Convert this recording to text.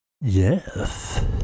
yes